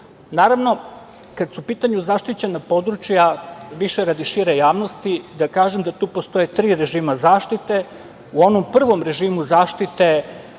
kada su u pitanju zaštićena područja, više radi šire javnosti, da kažem da tu postoje tri režima zaštite. U onom prvom režimu zaštite